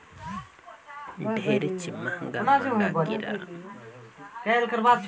ढेरेच महंगा महंगा कीरा मारे के दवई गोली मन हर आथे काला बतावों